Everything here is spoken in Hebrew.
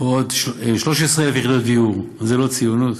13,000 יחידות דיור, זה לא ציונות,